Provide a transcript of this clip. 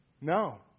No